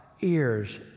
ears